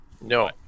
No